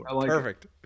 Perfect